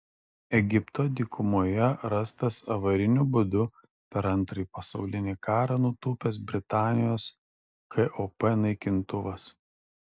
egipto dykumoje rastas avariniu būdu per antrąjį pasaulinį karą nutūpęs britanijos kop naikintuvas